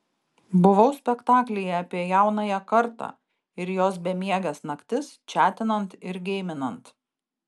buvau spektaklyje apie jaunąją kartą ir jos bemieges naktis čatinant ir geiminant